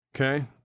Okay